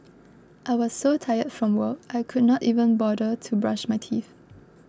I was so tired from work I could not even bother to brush my teeth